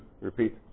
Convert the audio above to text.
repeat